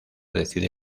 decide